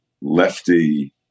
lefty